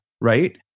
right